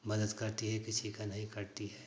मदद करती है किसी का नहीं करती है